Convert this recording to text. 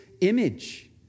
image